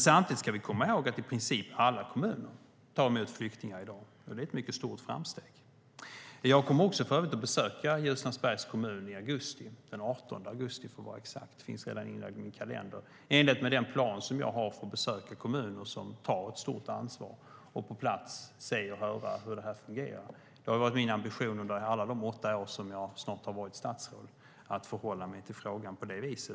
Samtidigt ska vi komma ihåg att i princip alla kommuner i dag tar emot flyktingar. Det är ett mycket stort framsteg. Jag kommer för övrigt att besöka Ljusnarsbergs kommun i augusti, den 18 augusti för att vara exakt. Det finns redan inlagt i min kalander. Det är i enlighet med den plan som jag har för att besöka kommuner som tar ett stort ansvar och på plats se och höra hur det fungerar. Det har varit min ambition under alla de snart åtta år som jag har varit statsråd att förhålla mig till frågan på det viset.